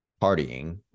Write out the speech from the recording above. partying